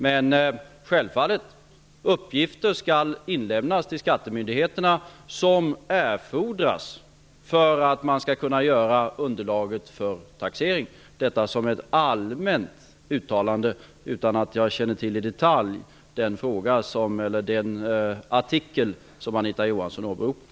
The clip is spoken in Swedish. De uppgifter som erfordras för att man skall kunna göra underlaget för taxeringen skall självfallet inlämnas till skattemyndigheterna. Detta säger jag som ett allmänt uttalande utan att i detalj känna till den artikel som Anita Johansson åberopar.